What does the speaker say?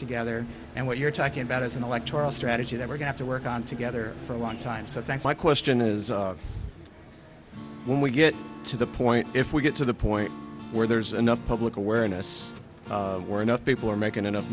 together and what you're talking about is an electoral strategy that we're going to work on together for a long time so thanks my question is when we get to the point if we get to the point where there's enough public awareness or enough people are making enough